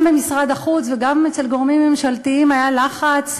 גם במשרד החוץ וגם אצל גורמים ממשלתיים היה לחץ,